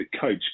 coach